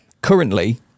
currently